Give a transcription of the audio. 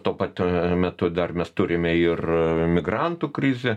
tuo pat metu dar mes turime ir migrantų krizę